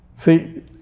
See